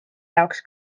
jaoks